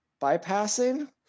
Bypassing